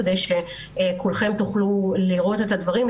כדי שכולכם תוכלו לראות את הדברים,